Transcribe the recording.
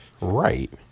right